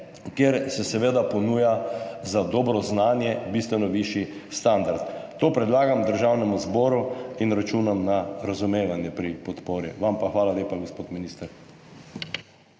kjer se seveda ponuja za dobro znanje bistveno višji standard. To predlagam Državnemu zboru in računam na razumevanje pri podpori. Vam pa hvala lepa, gospod minister.